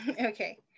Okay